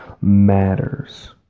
matters